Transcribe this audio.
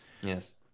Yes